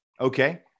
Okay